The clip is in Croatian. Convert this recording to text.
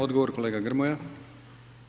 Odgovor kolega Grmoja.